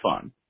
fun